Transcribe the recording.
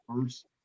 first